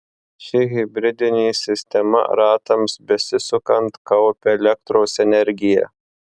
ši hibridinė sistema ratams besisukant kaupia elektros energiją